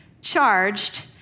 charged